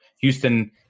Houston